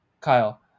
Kyle